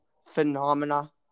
phenomena